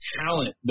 talent